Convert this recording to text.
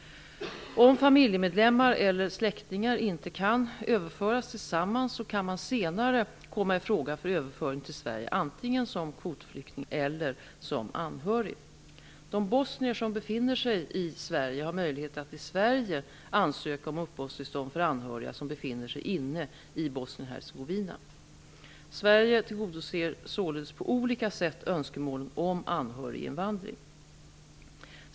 Om familjemedlemmar eller släktingar inte kan överföras tillsammans kan de senare komma i fråga för överföring till Sverige, antingen som kvotflykting eller som anhörig. De bosnier som befinner sig i Sverige har möjlighet att i Sverige ansöka om uppehållstillstånd för anhöriga som befinner sig inne i Bosnien-Hercegovina. Sverige tillgodoser således på olika sätt önskemålen om anhöriginvandring.